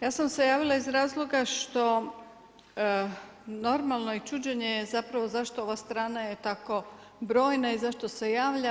Ja sam se javila iz razloga što normalno i čuđenje je zapravo zašto ova strana je tako brojna i zašto se javlja?